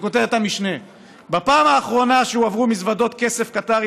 בכותרת המשנה: "בפעם האחרונה שהועברו מזוודות כסף קטארי